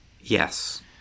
Yes